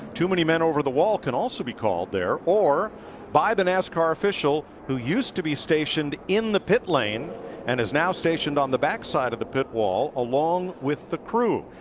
too many men over the wall can also be called there, or by the nascar official who used to be stationed in the pit lane and is now stationed on the back side of the pit wall along with the crew.